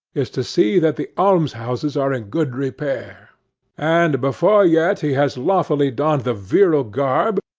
is to see that the almshouses are in good repair and, before yet he has lawfully donned the virile garb,